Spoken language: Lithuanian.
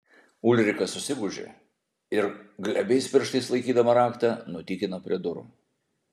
ulrika susigūžė ir glebiais pirštais laikydama raktą nutykino prie durų